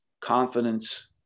confidence